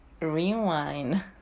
rewind